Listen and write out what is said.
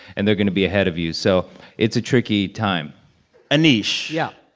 and they're going to be ahead of you. so it's a tricky time aneesh yeah